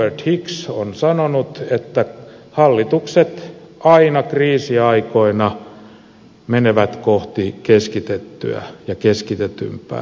robert hicks on sanonut että hallitukset aina kriisiaikoina menevät kohti keskitettyä ja keskitetympää politiikkaa